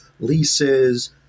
Leases